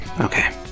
Okay